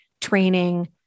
training